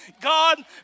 God